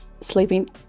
sleeping